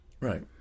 Right